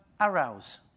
arouse